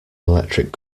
electric